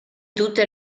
tutte